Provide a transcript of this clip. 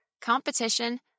competition